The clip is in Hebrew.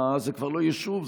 זה כבר לא יישוב,